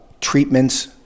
treatments